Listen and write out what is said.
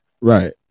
right